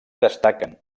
destaquen